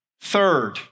Third